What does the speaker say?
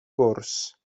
gwrs